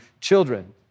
children